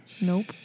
Nope